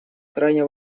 крайне